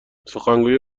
سخنگوی